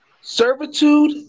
servitude